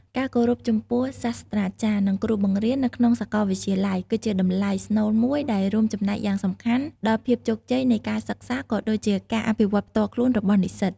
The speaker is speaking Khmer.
ការគោរពចំពោះសាស្រ្តាចារ្យ និងគ្រូបង្រៀននៅក្នុងសាកលវិទ្យាល័យ គឺជាតម្លៃស្នូលមួយដែលរួមចំណែកយ៉ាងសំខាន់ដល់ភាពជោគជ័យនៃការសិក្សា ក៏ដូចជាការអភិវឌ្ឍផ្ទាល់ខ្លួនរបស់និស្សិត។